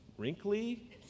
wrinkly